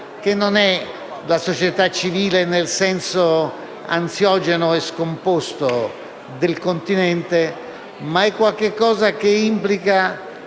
che è non la società civile nel senso ansiogeno e scomposto del continente, ma qualche cosa che implica,